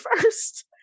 first